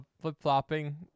flip-flopping